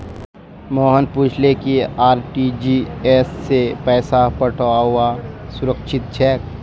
मोहन पूछले कि आर.टी.जी.एस स पैसा पठऔव्वा सुरक्षित छेक